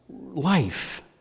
life